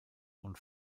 und